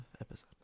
episode